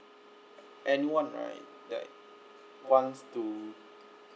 anyone right that wants to